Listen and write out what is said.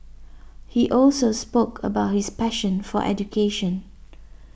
he also spoke about his passion for education